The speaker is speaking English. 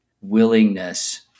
willingness